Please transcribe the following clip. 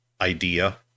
idea